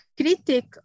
critic